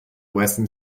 western